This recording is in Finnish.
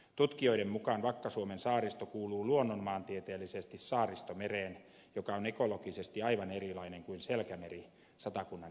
tutkijoiden mukaan vakka suomen saaristo kuuluu luonnonmaantieteellisesti saaristomereen joka on ekologisesti aivan erilainen kuin selkämeri satakunnan edustalla